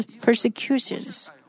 persecutions